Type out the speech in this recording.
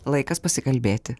laikas pasikalbėti